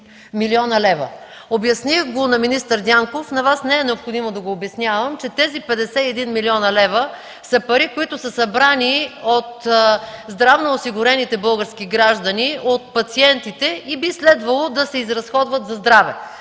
млн. лв. Обясних го на министър Дянков, на Вас не е необходимо да го обяснявам, че тези 51 млн. лв. са пари, които са събрани от здравноосигурените български граждани, от пациентите и би следвало да се изразходват за здраве.